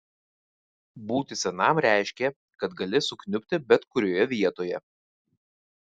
būti senam reiškė kad gali sukniubti bet kurioje vietoje